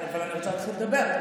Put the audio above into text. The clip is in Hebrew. אני רוצה להתחיל לדבר,